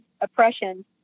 oppression